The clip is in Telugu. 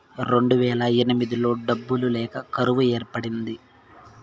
రెండువేల ఎనిమిదిలో డబ్బులు లేక కరువు ఏర్పడింది